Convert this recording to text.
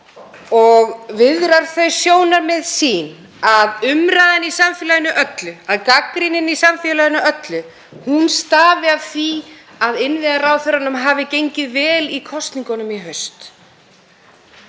og viðrar þau sjónarmið sín að umræðan í samfélaginu öllu, að gagnrýnin í samfélaginu öllu, stafi af því að innviðaráðherranum hafi gengið vel í kosningunum í haust.